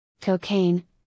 cocaine